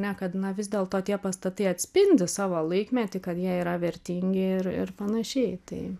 ne kad na vis dėlto tie pastatai atspindi savo laikmetį kad jie yra vertingi ir ir panašiai tai